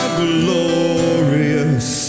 glorious